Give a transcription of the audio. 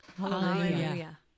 Hallelujah